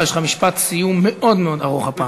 יש לך משפט סיום מאוד מאוד ארוך הפעם.